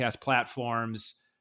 platforms